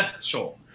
sure